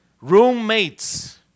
roommates